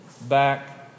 back